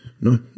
No